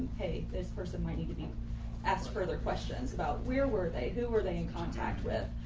hey, this person might need to be asked further questions about where were they who were they in contact with.